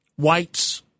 Whites